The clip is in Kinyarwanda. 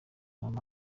mama